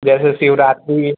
जैसे शिवरात्रि